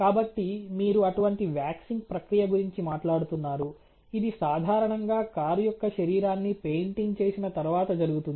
కాబట్టి మీరు అటువంటి వాక్సింగ్ ప్రక్రియ గురించి మాట్లాడుతున్నారు ఇది సాధారణంగా కారు యొక్క శరీరాన్ని పెయింటింగ్ చేసిన తర్వాత జరుగుతుంది